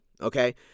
okay